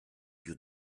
più